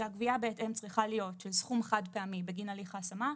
בהתאם צריכה להיות של סכום חד פעמי בגין הליך ההשמה.